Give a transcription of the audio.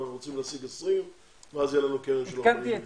צריכים להשיג 20 ואז יהיה לנו קרן של 40 מיליון.